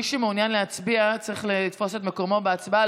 מי שמעוניין להצביע צריך לתפוס את מקומו בהצבעה.